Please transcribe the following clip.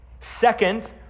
Second